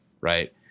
right